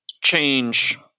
change